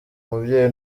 mubyeyi